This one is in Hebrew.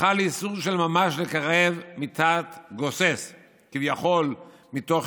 שחל איסור של ממש לקרב מיתת גוסס כביכול מתוך